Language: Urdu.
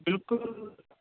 بالکل